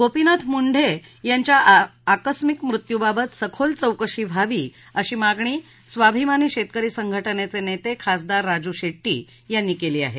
गोपीनाथ मुंढे यांच्या आकस्मिक मृत्यूबाबत सखोल चौकशी व्हावी अशी मागणी स्वाभिमानी शेतकरी संघाज्ञिचे नेते खासदार राजू शेड्टी यांनी केली आहे